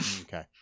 Okay